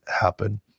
happen